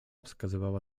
wskazywała